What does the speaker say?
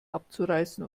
abzureißen